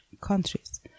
countries